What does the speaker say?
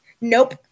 nope